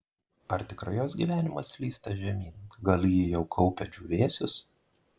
ar tikrai jos gyvenimas slysta žemyn gal ji jau kaupia džiūvėsius